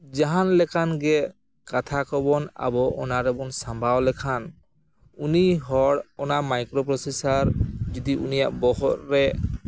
ᱡᱟᱦᱟᱱ ᱞᱮᱠᱟᱱ ᱜᱮ ᱠᱟᱛᱷᱟ ᱠᱚᱵᱚᱱ ᱟᱵᱚ ᱚᱱᱟ ᱨᱮᱵᱚᱱ ᱥᱟᱢᱵᱟᱣ ᱞᱮᱠᱷᱟᱱ ᱩᱱᱤ ᱦᱚᱲ ᱚᱱᱟ ᱢᱟᱭᱠᱨᱳ ᱯᱨᱚᱥᱮᱥᱟᱨ ᱡᱩᱫᱤ ᱩᱱᱤᱭᱟᱜ ᱵᱚᱦᱚᱜ ᱨᱮ